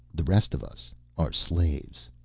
the rest of us are slaves.